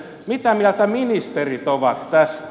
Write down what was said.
mitä mieltä ministerit ovat tästä